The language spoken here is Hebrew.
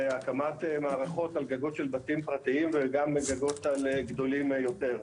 הקמת מערכות על גגות של בתים פרטיים וגם על גגות גדולים יותר.